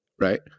right